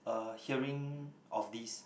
uh hearing of this